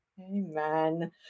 Amen